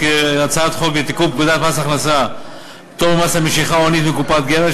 הצעת חוק לתיקון פקודת מס הכנסה (פטור ממס על משיכה הונית מקופת גמל),